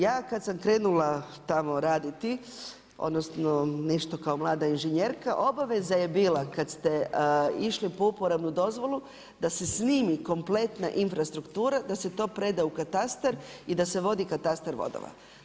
Ja kad sam krenula tamo raditi, odnosno nešto kao mlada inženjerka obaveza je bila kad ste išli po uporabnu dozvolu da se snimi kompletna infrastruktura, da se to preda u katastar i da se vodi katastar vodova.